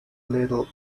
little